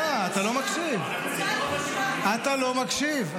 לא, אני לא --- אתה לא מקשיב.